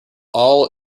all